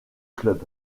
club